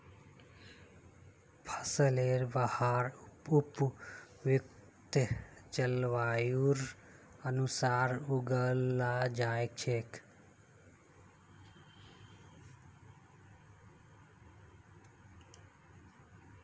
फसलेर वहार उपयुक्त जलवायुर अनुसार उगाल जा छेक